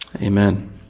Amen